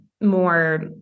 more